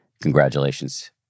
Congratulations